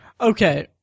okay